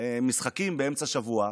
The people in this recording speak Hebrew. משחקים באמצע השבוע,